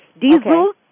Diesel